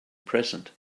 present